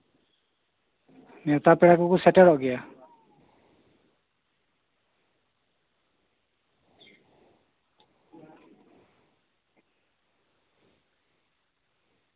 ᱱᱮᱣᱛᱟ ᱯᱮᱲᱟ ᱠᱚᱠᱚ ᱥᱮᱴᱮᱨᱚᱜ ᱜᱮᱭᱟ